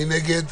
מי נגד?